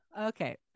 Okay